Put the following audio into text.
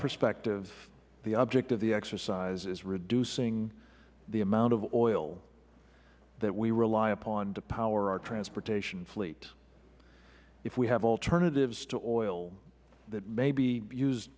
perspective the object of the exercise is reducing the amount of oil that we rely upon to power our transportation fleet if we have alternatives to oil that may be use